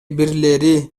бирлери